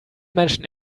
menschen